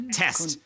test